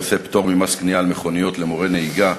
הנושא: פטור ממס קנייה על מכונית למורי נהיגה.